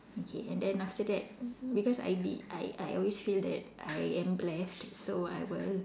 okay and then after that because I did I I always feel that that I am blessed so I will